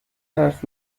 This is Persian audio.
حرف